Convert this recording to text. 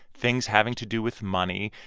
things having to do with money.